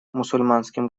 мусульманским